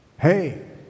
Hey